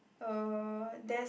uh there's